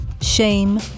shame